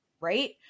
Right